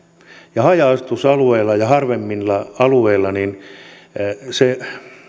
ja haja asutusalueilla ja harvemmin asutuilla alueilla se